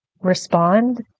respond